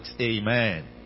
Amen